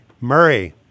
Murray